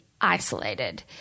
isolated